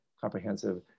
comprehensive